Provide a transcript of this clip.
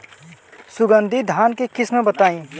सुगंधित धान के किस्म बताई?